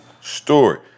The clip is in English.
story